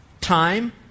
Time